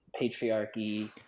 patriarchy